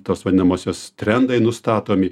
tos vadinamosios trendai nustatomi